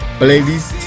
playlist